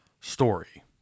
story